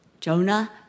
Jonah